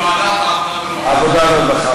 ועדת העבודה והרווחה.